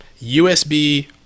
USB